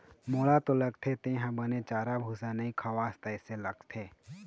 मोला तो लगथे तेंहा बने चारा भूसा नइ खवास तइसे लगथे